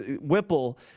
Whipple